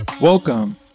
Welcome